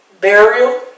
Burial